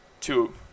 Two